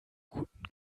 guten